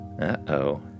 Uh-oh